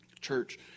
Church